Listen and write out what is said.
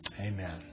Amen